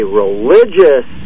religious